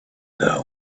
down